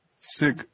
Sick